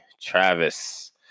Travis